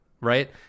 right